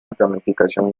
ramificación